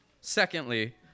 Secondly